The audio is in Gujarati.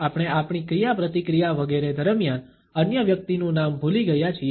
આપણે આપણી ક્રિયાપ્રતિક્રિયા વગેરે દરમિયાન અન્ય વ્યક્તિનું નામ ભૂલી ગયા છીએ